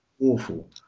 awful